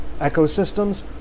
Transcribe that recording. ecosystems